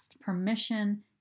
Permission